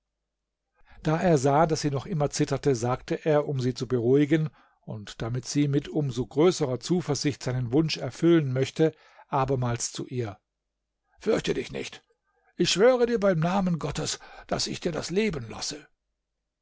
da er sah daß sie noch immer zitterte sagte er um sie zu beruhigen und damit sie mit um so größerer zuversicht seinen wunsch erfüllen möchte abermals zu ihr fürchte dich nicht ich schwöre dir bei dem namen gottes daß ich dir das leben lasse